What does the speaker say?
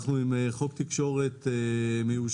אנחנו עם חוק תקשורת מיושן,